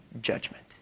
judgment